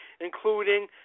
including